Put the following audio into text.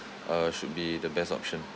uh should be the best option